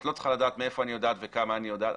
את לא צריכה לדעת מאיפה אני יודעת וכמה אני יודעת,